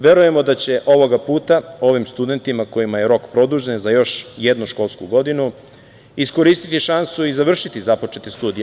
Verujemo da će ovoga puta ovim studentima, kojima je rok produžen za još jednu školsku godinu iskoristiti šansu i završiti započete studije.